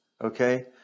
okay